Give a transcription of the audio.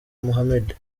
muhamadi